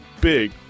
big